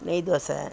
நெய் தோசை